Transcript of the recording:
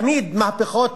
תמיד מהפכות,